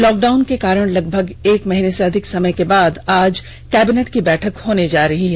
lockdown के कारण लगभग एक महीना से अधिक समय के बाद आज कैबिनेट की मीटिंग होने जा रही है